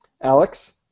Alex